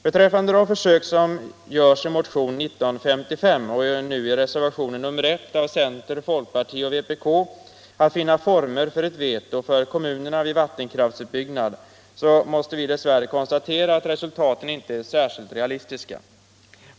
Beträffande de försök som görs i motionen 1955 och i reservationen 1 av centerpartiet, folkpartiet och vänsterpartiet kommunisterna att finna former för ett veto för kommunerna vid vattenkraftsutbyggnad måste vi dess värre konstatera att resultaten inte är särskilt realistiska.